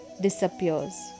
disappears